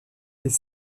des